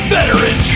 Veteran